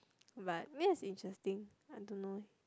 but meh is interesting I don't know